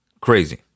Crazy